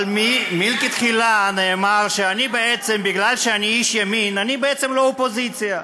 אבל מלכתחילה נאמר שמכיוון שאני איש ימין אני בעצם לא אופוזיציה.